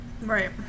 Right